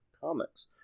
comics